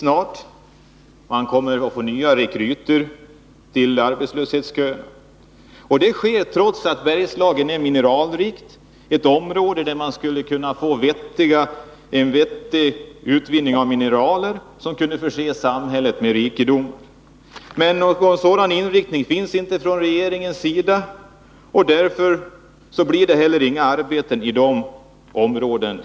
Nya rekryter väntas till arbetslöshetsköerna. Detta sker trots att Bergslagen är ett mineralrikt område, som med en vettig industrioch mineralpolitik kunde förse samhället med värdefulla råvaror. Men någon sådan inriktning finns inte i regeringens ekonomiska politik, och därför blir det inte heller några arbeten i detta område.